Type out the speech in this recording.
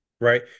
right